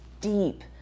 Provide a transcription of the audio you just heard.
deep